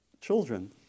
children